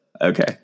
Okay